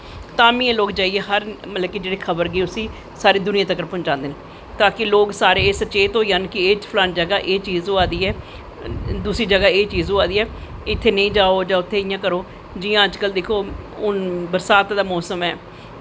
तां बी एह् जाईयै मतलव उस खबर गी मतलव सारी दुनियां तक्कर पहुंचांदे न तांकि सारे लोग सचेत होई जान कि फलानी जगाह् एह् चीज़ होआ दी ऐ दूसरी जगाह् एह् चीज़ होआ दी ऐ इत्थें नेंई जाओ जां उत्थें एह् करो जियां अज्ज कल दिक्खो जियां बरसांत दा मौसम ऐ